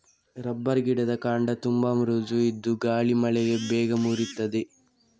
rubber ಗಿಡದ ಕಾಂಡ ತುಂಬಾ ಮೃದು ಇದ್ದು ಗಾಳಿ ಮಳೆಗೆ ಬೇಗ ಮುರೀತದೆ